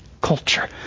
culture